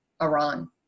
Iran